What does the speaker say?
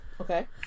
Okay